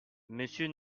monsieur